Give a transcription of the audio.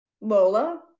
Lola